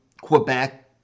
Quebec